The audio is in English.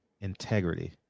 integrity